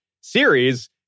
series